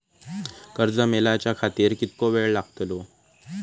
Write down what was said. कर्ज मेलाच्या खातिर कीतको वेळ लागतलो?